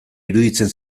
iruditzen